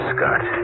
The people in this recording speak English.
Scott